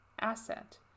asset